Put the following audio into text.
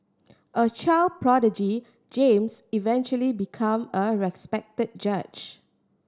a child prodigy James eventually became a respected judge